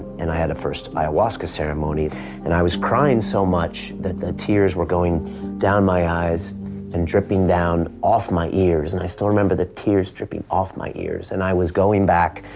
and i had my first ayahuasca ceremony and i was crying so much that the tears were going down my eyes and dripping down off my ears and i still remember the tears dripping off my ears and i was going back,